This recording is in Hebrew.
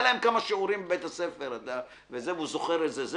היה לה כמה שיעורים בבית הספר והוא זוכר את זה.